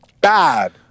Bad